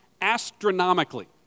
astronomically